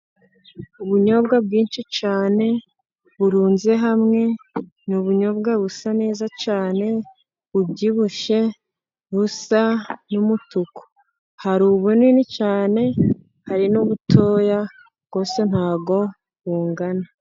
Ubunyobwa bwinshi cyane burunze hamwe, ni ubunyobwa busa neza cyane, bubyibushye, busa n'umutuku. Hari ubunini cyane, hari n'ubutoya, bwose ntago bungana.